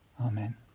Amen